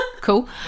Cool